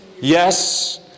Yes